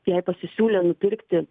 jai pasisiūlė nupirkti